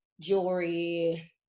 jewelry